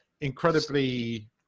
incredibly